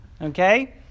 Okay